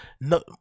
no